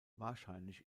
wahrscheinlich